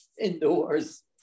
indoors